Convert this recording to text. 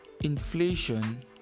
inflation